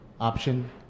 Option